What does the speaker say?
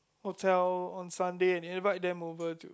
hotel on Sunday and invite them over to